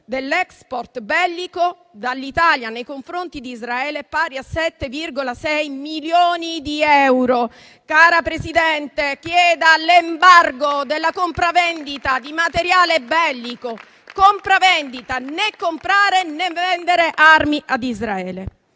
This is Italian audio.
dell'*export* bellico dall'Italia verso Israele è pari a 7,6 milioni di euro. Cara Presidente, chieda l'embargo della compravendita di materiale bellico. Compravendita: né comprare, né vendere armi ad Israele.